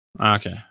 Okay